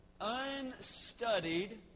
unstudied